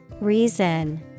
Reason